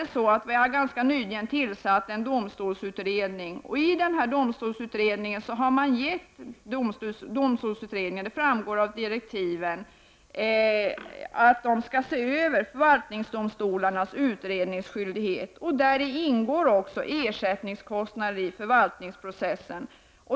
Emellertid har det ganska nyligen tillsatts en domstolsutredning, och det framgår av dess direktiv att utredningen skall se över förvaltningsdomstolarnas utredningsskyldighet. Däri ingår också frågan om ersättning för kostnader i förvaltningsprocessen.